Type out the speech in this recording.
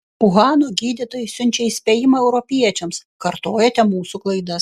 uhano gydytojai siunčia įspėjimą europiečiams kartojate mūsų klaidas